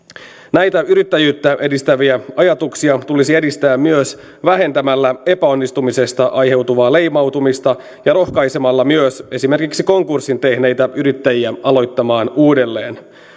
näitä yrittäjyyttä edistäviä ajatuksia tulisi edistää myös vähentämällä epäonnistumisesta aiheutuvaa leimautumista ja rohkaisemalla myös esimerkiksi konkurssin tehneitä yrittäjiä aloittamaan uudelleen